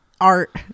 art